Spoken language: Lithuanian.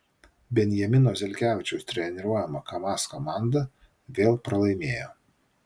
benjamino zelkevičiaus treniruojama kamaz komanda vėl pralaimėjo